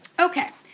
okay,